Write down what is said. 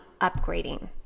upgrading